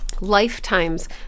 lifetimes